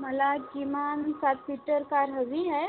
मला किमान सात सीटर कार हवी हाय